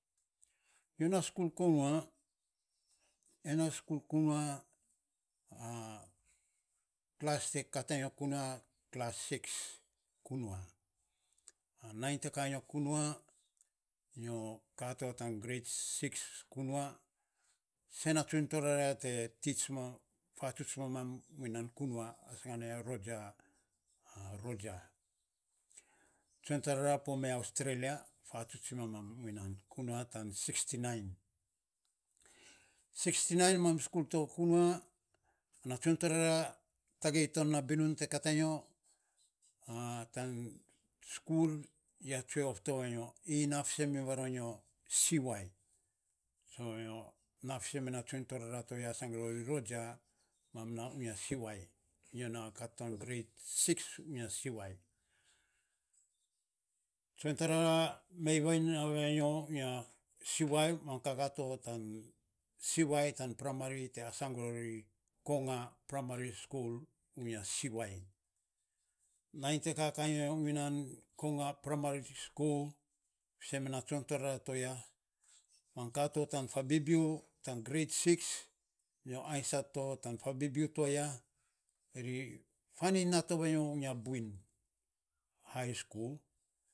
Nyo nainy sikul kunua, nyo te nai sikul kunua a, klas te kat anyo kunua, klas aunom, kunua, sen a tsoiny torara te fatsuts mamam unia kunua, asang ya roger a roger. Tsoiny torara poe me australia fatsuts ie mamam unia kunua, tan aumom safunuu na sian, aunom safunuu na sian, ma sikul to kunua ana tsoimy torara tagei to na binun t kat anyo tan sikul ya tsue of to vanyo. Nyi naa fusen varonyo siwai. Mam kaka to tan siwai tan primary te asang rori, konga primary sikul unia siwai, nainy te kaka nyo u nan konga primary sikul, fiisen me na tsoiny torara to aya, mam ka to fabiubiu tan gumgum aunom, yo aisats to tan fabiubi to aya, ri faan iny nato nyo unia buin high sikul